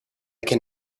can